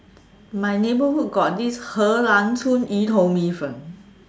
my neighborhood got this 荷兰村鱼头米粉